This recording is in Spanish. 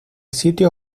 sitio